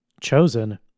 Chosen